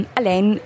Alleen